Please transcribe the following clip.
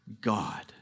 God